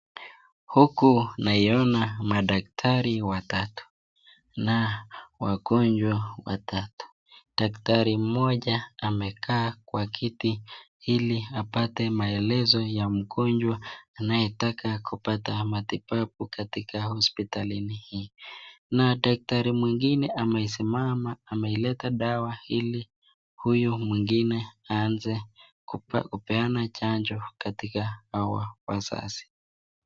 Huku naiona madaktari watatu na wagonjwa watatu, daktari moja amekaa kwa kiti iliapate maelezo ya mgonjwa anaye taka kupata matibabu, katika hospitalini hii, na daktari mwingine amesimama ameleta dawa ili huyu mwingine aanze kupeanza chanjo katika hawa wazazi.